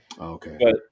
Okay